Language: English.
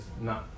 no